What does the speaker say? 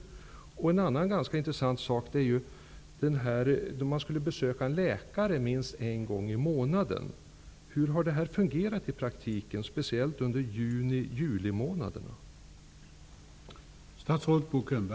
Något annat som är ganska intressant att veta är hur detta med att man skulle besöka en läkare minst en gång i månaden har fungerat i praktiken, speciellt under juni och juli.